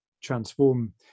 transform